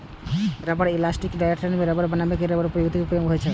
रबड़ या इलास्टोमोर सं टायर, रबड़ मैट बनबै मे रबड़ प्रौद्योगिकी के उपयोग होइ छै